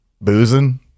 Boozing